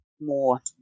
more